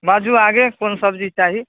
बाजू आगे कोन सब्जी चाही